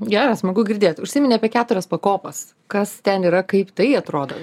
gera smagu girdėti užsiminei apie keturias pakopas kas ten yra kaip tai atrodo